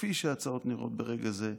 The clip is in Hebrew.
כפי שההצעות נראות ברגע זה,